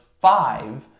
five